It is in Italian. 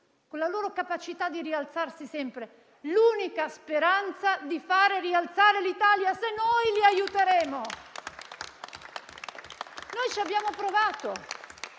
con la loro capacità di rialzarsi sempre, sono l'unica speranza di far rialzare l'Italia, se noi li aiuteremo. Noi ci abbiamo provato.